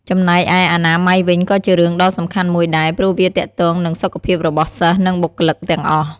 ចំណែកឯអនាម័យវិញក៏ជារឿងដ៏សំខាន់មួយដែរ ព្រោះវាទាក់ទងនឹង សុខភាពរបស់សិស្ស និងបុគ្គលិកទាំងអស់។